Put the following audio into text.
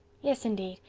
yes indeed,